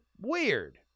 weird